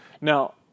Now